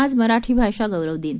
आज मराठी भाषा गौरव दिन